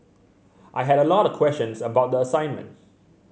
I had a lot of questions about the assignment